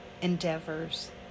endeavors